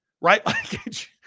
right